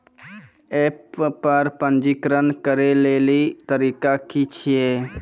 App पर पंजीकरण करै लेली तरीका की छियै?